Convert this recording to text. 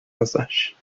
ازش